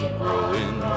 growing